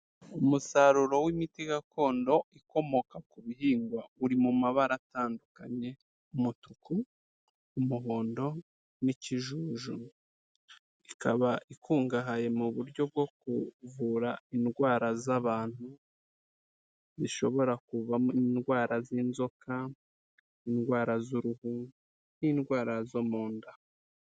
Umusaruro w'imiti gakondo ukomoka ku bihingwa, uri mu mabara atandukanye, umutuku, umuhondo n'ikijuju, ikaba ikungahaye mu buryo bwo kuvura indwara z'abantu, zishobora kuba indwara z'inzoka, indwara z'uruhu n'indwara zo mu nda.